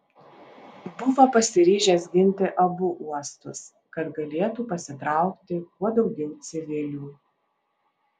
buvo pasiryžęs ginti abu uostus kad galėtų pasitraukti kuo daugiau civilių